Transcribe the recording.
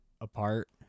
Apart